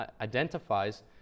identifies